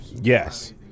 Yes